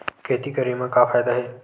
खेती करे म का फ़ायदा हे?